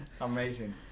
Amazing